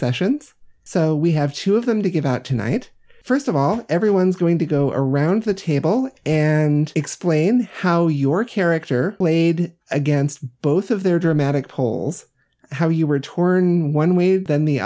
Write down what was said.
sessions so we have two of them to give out tonight first of all everyone's going to go around the table and explain how your character weighed against both of their dramatic polls how you were torn one way than the